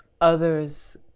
others